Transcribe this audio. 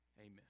amen